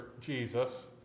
Jesus